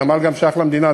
הנמל שייך למדינה,